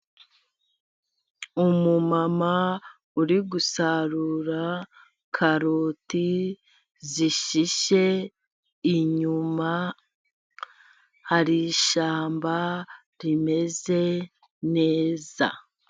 Umumama uri gusarura karoti zishishe, inyuma hari ishyamba rimeze neza.